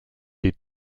des